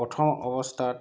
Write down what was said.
প্ৰথম অৱস্থাত